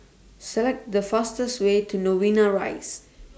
Select The fastest Way to Novena Rise